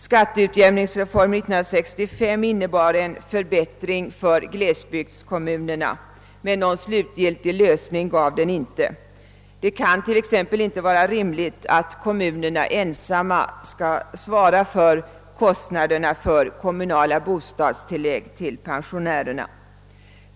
<Skatteutjämningsreformen 1965 innebar en förbättring för glesbygdskommunerna, men någon slutgiltig lösning gav den inte. Det kan t.ex. inte vara rimligt att kommunerna ensamma skall svara för kostnaderna för kommunala bostadstillägg för pensionärerna.